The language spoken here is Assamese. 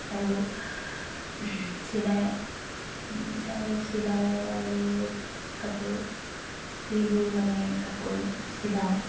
আৰু চিলাই চিলাই আৰু কাপোৰ যিবোৰ মানে কাপোৰ চিলাওঁ